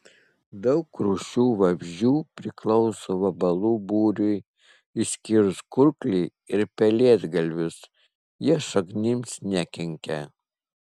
daug rūšių vabzdžių priklauso vabalų būriui išskyrus kurklį ir pelėdgalvius jie šaknims nekenkia